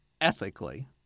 ethically